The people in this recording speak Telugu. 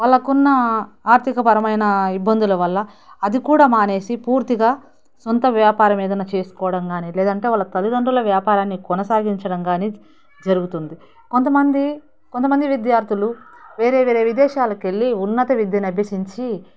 వాళ్ళకున్న ఆర్థిక పరమైన ఇబ్బందుల వల్ల అది కూడా మానేసి పూర్తిగా సొంత వ్యాపారం ఏదన్నా చేసుకోవడం కాని లేదంటే వాళ్ళ తల్లితండ్రుల వ్యాపారాన్ని కొనసాగించడం కాని జరుగుతుంది కొంతమంది కొంతమంది విద్యార్థులు వేరే వేరే విదేశాలకు వెళ్ళి ఉన్నత విద్యను అభ్యసించి